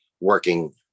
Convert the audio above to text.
working